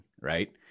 right